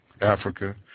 Africa